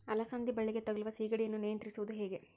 ಅಲಸಂದಿ ಬಳ್ಳಿಗೆ ತಗುಲುವ ಸೇಗಡಿ ಯನ್ನು ನಿಯಂತ್ರಿಸುವುದು ಹೇಗೆ?